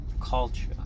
culture